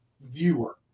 viewer